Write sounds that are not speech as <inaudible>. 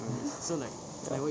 <laughs> ya